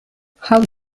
how